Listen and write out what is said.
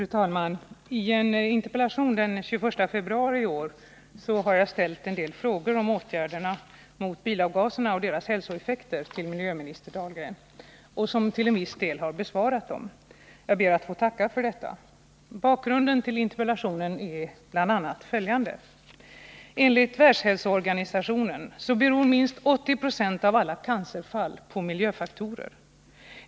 Fru talman! I en interpellation den 21 februari i år har jag ställt en del frågor om åtgärder mot bilavgaserna och deras hälsoeffekter till miljöminister Dahlgren, som till viss del besvarat dem. Jag ber att få tacka för detta. Bakgrunden till interpellationen är bl.a. följande: Enligt WHO beror minst 80 20 av alla cancerfall på miljöfaktorer.